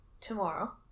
Tomorrow